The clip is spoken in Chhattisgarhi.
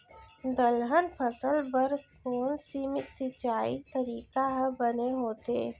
दलहन फसल बर कोन सीमित सिंचाई तरीका ह बने होथे?